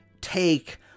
take